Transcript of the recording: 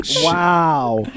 Wow